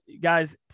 guys